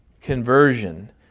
conversion